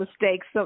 mistakes